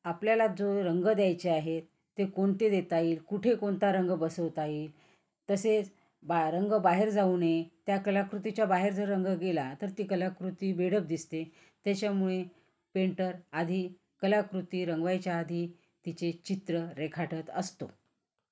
आपल्याला जो रंग द्यायचे आहेत ते कोणते देता येईल कुठे कोणता रंग बसवता येईल तसेच बा रंग बाहेर जाऊ नये त्या कलाकृतीच्या बाहेर जर रंग गेला तर ती कलाकृती बेढप दिसते त्याच्यामुळे पेंटर आधी कलाकृती रंगवायच्या आधी तिचे चित्र रेखाटत असतो